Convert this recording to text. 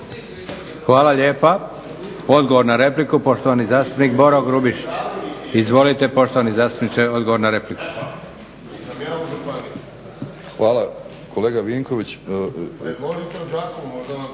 Hvala lijepa. Odgovor na repliku poštovani zastupnik Boro Grubišić. Izvolite poštovani zastupniče odgovor na repliku. **Grubišić,